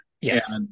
Yes